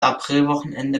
aprilwochenende